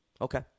Okay